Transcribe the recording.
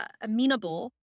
amenable